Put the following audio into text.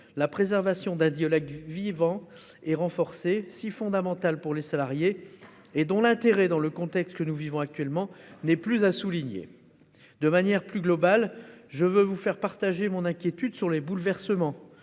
la préservation d'un dialogue vivant et renforcé, si fondamental pour les salariés et dont l'intérêt dans le contexte que nous vivons actuellement n'est plus à souligner. De manière plus globale, je veux vous faire partager mon inquiétude sur les bouleversements